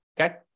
Okay